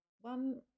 one